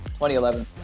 2011